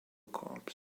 corps